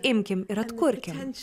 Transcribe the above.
imkim ir atkurkim